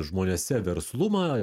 žmonėse verslumą